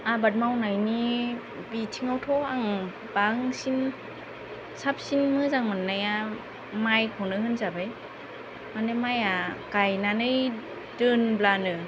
आबाद मावनायनि बिथिङावथ' आं बांसिन साबसिन मोजां मोननाया मायखौनो होनजाबाय मानो माया गायनानै दोनब्लानो